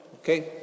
Okay